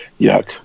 Yuck